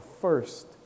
first